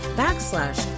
backslash